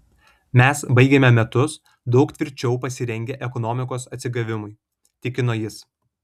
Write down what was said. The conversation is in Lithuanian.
mes baigiame metus daug tvirčiau pasirengę ekonomikos atsigavimui tikino jis